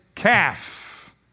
Calf